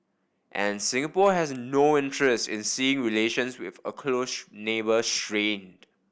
and Singapore has no interest in seeing relations with a close neighbour strained